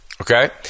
Okay